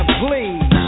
please